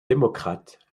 démocrates